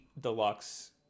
deluxe